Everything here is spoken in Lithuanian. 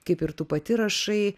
kaip ir tu pati rašai